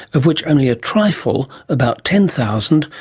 of which only a trifle, about ten thousand,